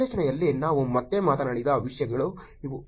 ವಿಶ್ಲೇಷಣೆಯಲ್ಲಿ ನಾವು ಮತ್ತೆ ಮಾತನಾಡಿದ ವಿಷಯಗಳು ಇವು